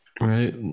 right